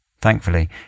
Thankfully